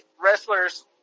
wrestlers